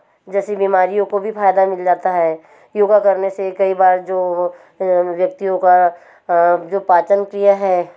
जैसी बीमारियों को भी फ़ायदा मिल जाता है योग करने से कई बार जो व्यक्तियों का जो पाचन क्रिया है